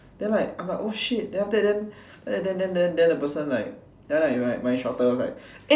then like I'm like oh shit then after that then then then then then the person like then after that my my instructor was like